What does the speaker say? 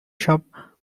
shop